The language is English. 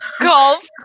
Golf